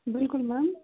بلکُل میم